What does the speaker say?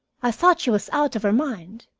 i thought she was out of her mind.